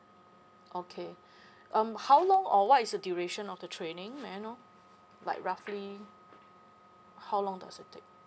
okay um how long or what is the duration of the training may I know like roughly how long does it take